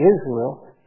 Israel